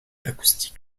acoustiques